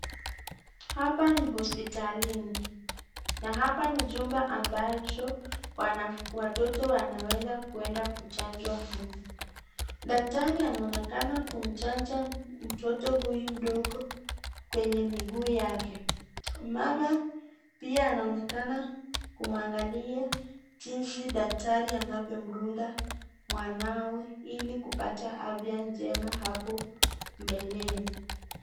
Hapa ni hospitalini na hapa ni chumba ambacho watoto wanaweza kuenda kuchanjwa huko. Daktari anaonekana kuchanja mtoto huyu mdogo kwenye miguu yake. Mama pia anaonekana kumwangalia jinsi daktari anavyomdunga mwanawe ili kupata afya njema hapo mbeleni.